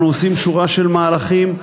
אנחנו עושים שורה של מהלכים.